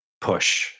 push